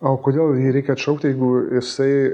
o kodėl jį reikia atšaukti jeigu jisai